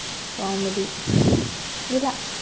comedy ఇలా